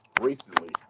Recently